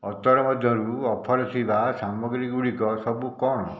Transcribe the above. ଅତର ମଧ୍ୟରୁ ଅଫର୍ ଥିବା ସାମଗ୍ରୀ ଗୁଡ଼ିକ ସବୁ କ'ଣ